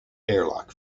airlock